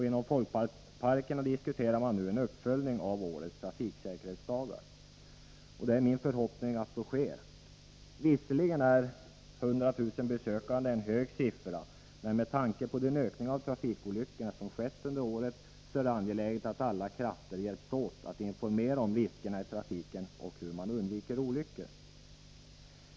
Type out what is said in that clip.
Inom folkparkerna diskuteras nu en uppföljning av årets trafiksäkerhetsdagar, och det är min förhoppning att den skall bli av. Visserligen är 100 000 besökande en stor siffra, men med tanke på den ökning av antalet trafikolyckor som skett under året är det angeläget att alla krafter hjälps åt att informera om riskerna i trafiken och om hur man kan undvika olyckor.